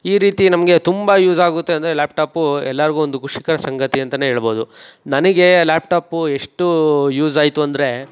ಈ ರೀತಿ ನಮಗೆ ತುಂಬ ಯೂಸಾಗುತ್ತೆ ಅಂದರೆ ಲ್ಯಾಪ್ ಟಾಪು ಎಲ್ರಿಗೂ ಒಂದು ಖುಷಿಕರ ಸಂಗತಿ ಅಂತಲೇ ಹೇಳ್ಬೋದು ನನಗೆ ಲ್ಯಾಪ್ ಟಾಪು ಎಷ್ಟು ಯೂಸಾಯ್ತು ಅಂದರೆ